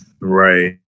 Right